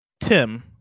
Tim